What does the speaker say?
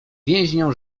więźniom